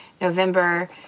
November